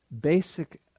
basic